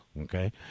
okay